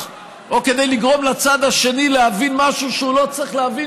או לגרום לצד השני להבין משהו שהוא לא צריך להבין